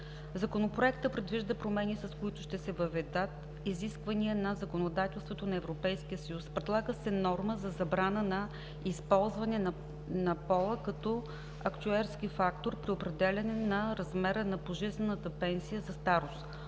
Законопроектът предвижда промени, с които ще се въведат изисквания на законодателството на Европейския съюз. Предлага се норма за забрана на използване на пола като актюерски фактор при определяне на размера на пожизнената пенсия за старост,